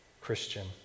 Christian